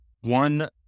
One